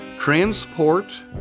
transport